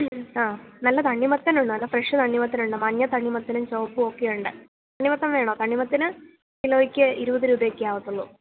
ഉം ആ നല്ല തണ്ണിമത്തനുണ്ട് നല്ല ഫ്രഷ് തണ്ണിമത്തനുണ്ട് മഞ്ഞ തണ്ണിമത്തനും ചുവപ്പും ഒക്കെയുണ്ട് തണ്ണിമത്തന് വേണോ തണ്ണിമത്തന് ഒരു കിലോയ്ക്ക് ഇരുപത് രൂപയൊക്കെ ആകത്തുള്ളൂ